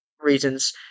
reasons